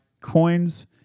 coins